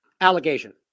allegation